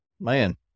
man